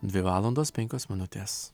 dvi valandos penkios minutės